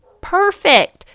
perfect